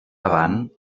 avant